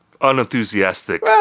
unenthusiastic